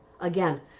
again